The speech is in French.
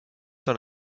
dans